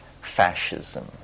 fascism